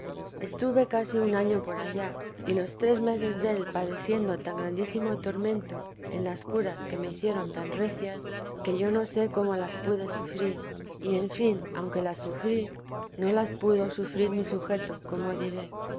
estuve casi un año por allá y los tres meses del padeciendo tan grandísimo tormento en las curas que me hicieron tan recias que yo no sé cómo las pude sufrir y en fin aunque las sufrí no las pudo sufrir mi sujeto como diré